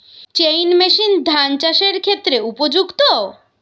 Chain machine ধান চাষের ক্ষেত্রে উপযুক্ত?